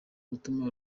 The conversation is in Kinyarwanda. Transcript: gutuma